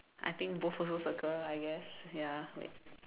I think both also circle I guess ya wait